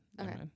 Okay